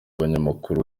abanyamakuru